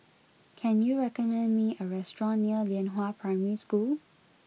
can you recommend me a restaurant near Lianhua Primary School